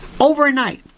Overnight